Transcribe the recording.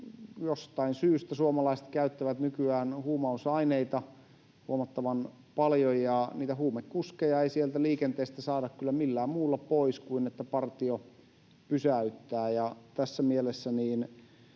jostain syystä suomalaiset käyttävät nykyään huumausaineita huomattavan paljon, ja niitä huumekuskeja ei sieltä liikenteestä saada kyllä millään muulla pois kuin sillä, että partio pysäyttää. Tässä mielessä